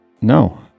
No